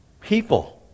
people